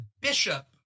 Bishop